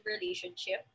relationship